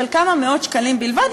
של כמה מאות שקלים בלבד,